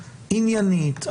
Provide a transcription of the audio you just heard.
עניינית,